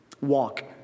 walk